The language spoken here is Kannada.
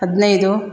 ಹದಿನೈದು